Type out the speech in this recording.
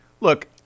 look